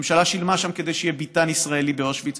הממשלה שילמה שם כדי שיהיה ביתן ישראלי באושוויץ.